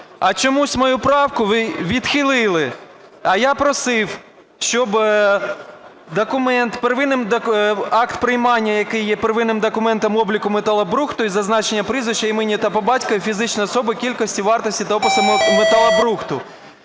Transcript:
А чомусь мою правку ви відхилили. А я просив, щоб документ, акт приймання, який є первинним документом обліку металобрухту, із зазначенням прізвища, імені та по батькові фізичної особи, кількості, вартості та опису металобрухту.